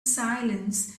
silence